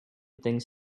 things